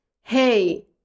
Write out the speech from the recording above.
hey